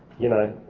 you know,